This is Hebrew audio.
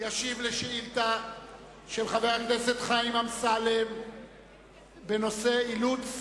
ישיב על שאילתא של חבר הכנסת חיים אמסלם בנושא: אילוץ